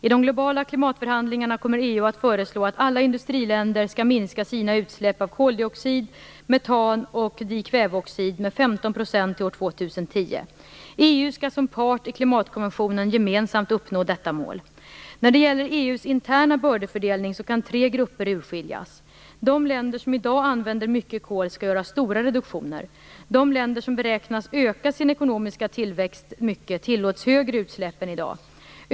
I de globala klimatförhandlingarna kommer EU att föreslå att alla industriländer skall minska sina utsläpp av koldioxid, CO2, metan, CH4 och dikväveoxid, N2O med 15 % till år 2010. EU skall som en part i klimatkonventionen gemensamt uppnå detta mål. När det gäller EU:s interna bördefördelning kan tre grupper urskiljas. De länder som i dag använder mycket kol skall göra stora reduktioner. De länder som beräknas öka sin ekonomiska tillväxt mycket tillåts högre utsläpp än i dag.